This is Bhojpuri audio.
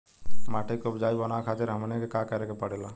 माटी के उपजाऊ बनावे खातिर हमनी के का करें के पढ़ेला?